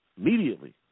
Immediately